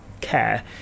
care